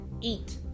eat